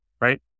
Right